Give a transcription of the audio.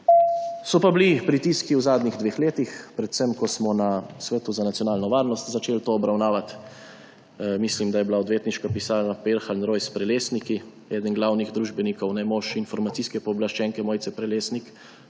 So pa bili pritiski v zadnjih dveh letih, predvsem ko smo na Svetu za nacionalno varnost začeli to obravnavati. Mislim, da je bila odvetniška pisarna Peljhan, Rojs, Prelesnik eden glavnih družbenikov. Ne mož informacijske pooblaščenke Mojce Prelesnik,